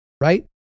right